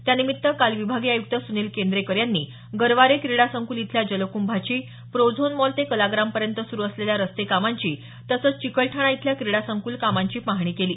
त्यानिमित्त काल विभागीय आयुक्त सुनील केंद्रीकर यांनी गरवारे क्रीडा संकुल इथल्या जलकुंभाची प्रोझोन मॉल ते कलाग्रामपर्यंत सुरू असलेल्या रस्ते कामांची तसचं चिकलठाणा इथल्या क्रीडा संक्ल कामांची पाहणी केली